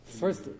First